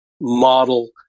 model